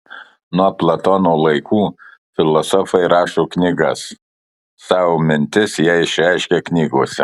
nuo platono laikų filosofai rašo knygas savo mintis jie išreiškia knygose